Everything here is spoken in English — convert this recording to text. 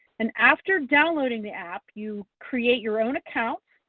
and after downloading the app, you create your own account.